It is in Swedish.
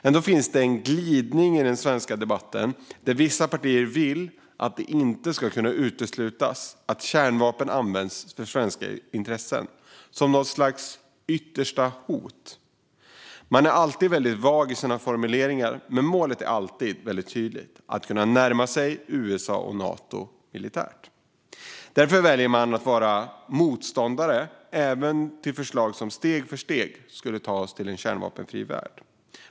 Ändå finns en glidning i den svenska debatten där vissa partier vill att det inte ska kunna uteslutas att kärnvapen används för svenska intressen, som något slags yttersta hot. Man är alltid väldigt vag i sina formuleringar, men målet är alltid väldigt tydligt: att kunna närma sig USA och Nato militärt. Därför väljer man att vara motståndare även till förslag som steg för steg skulle ta oss till en kärnvapenfri värld.